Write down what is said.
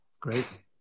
Great